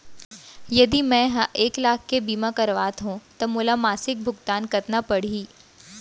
यदि मैं ह एक लाख के बीमा करवात हो त मोला मासिक भुगतान कतना पड़ही?